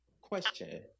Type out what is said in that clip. Question